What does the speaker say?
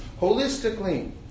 holistically